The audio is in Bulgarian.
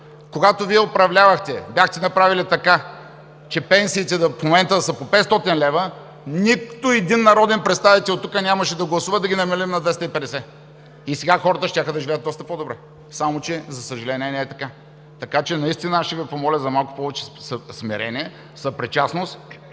когато Вие управлявахте, бяхте направили така, че пенсиите в момента да са по 500 лева, нито един народен представител тук нямаше да гласува да ги намалим на 250. И сега хората щяха да живеят доста по-добре. Само че, за съжаление, не е така. Така че наистина аз ще Ви помоля за малко повече смирение, съпричастност.